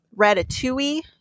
Ratatouille